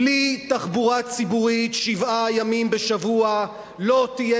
בלי תחבורה ציבורית שבעה ימים בשבוע לא תהיה